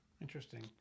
Interesting